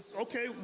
okay